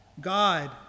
God